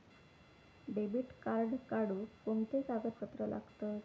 Debit card काढुक कोणते कागदपत्र लागतत?